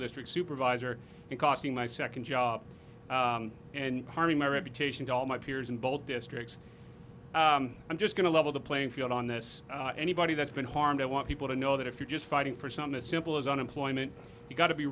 district supervisor and costing my second job and harming my reputation dot my peers in bold districts i'm just going to level the playing field on this anybody that's been harmed i want people to know that if you're just fighting for something as simple as unemployment you've got to be